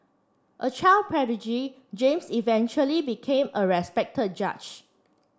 a child prodigy James eventually became a respected judge